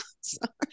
sorry